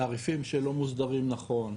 תעריפים שלא מוסדרים נכון,